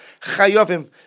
chayovim